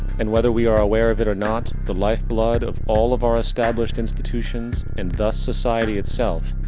and, whether we are aware of it or not, the lifeblood of all of our established institutions, and thus society itself,